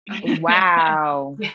wow